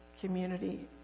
community